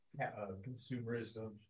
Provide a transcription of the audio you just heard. consumerism